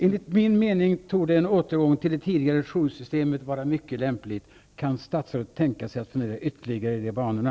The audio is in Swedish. Enligt min mening torde en återgång till det tidigare joursystemet vara mycket lämplig. Kan statsrådet tänka sig att fundera ytterligare i de banorna?